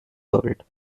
world